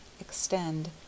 Extend